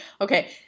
Okay